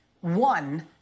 One